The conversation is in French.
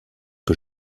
que